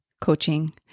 coaching